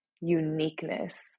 uniqueness